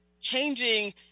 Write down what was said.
changing